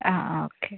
ആ ആ ഓക്കേ